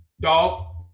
Dog